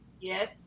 Yes